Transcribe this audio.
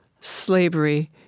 slavery